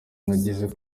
nagize